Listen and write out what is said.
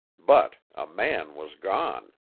but a man was gone.